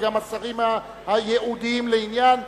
וגם השרים הייעודיים לעניין,